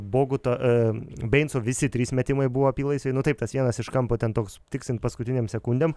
bogutą beinco visi trys metimai buvo apylaisviai nu taip tas vienas iš kampo ten toks tiksint paskutinėm sekundėm